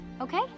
Okay